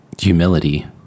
humility